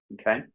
Okay